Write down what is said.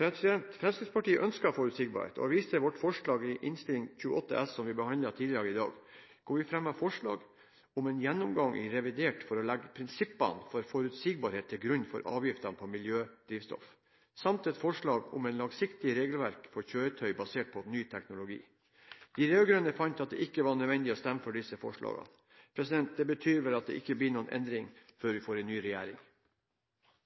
Fremskrittspartiet ønsker forutsigbarhet, og jeg viser til vårt forslag i Innst. 28 S for 2012–2013, som vi behandlet tidligere i dag, hvor vi fremmet forslag om en gjennomgang i revidert for å legge prinsippene for forutsigbarhet til grunn for avgiftene på miljødrivstoff samt et forslag om et langsiktig regelverk for kjøretøy basert på ny teknologi. De rød-grønne fant at det ikke var nødvendig å stemme for disse forslagene. Det betyr vel at det ikke blir noen endring før vi får en ny regjering.